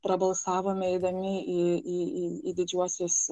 prabalsavome eidami į į į didžiuosius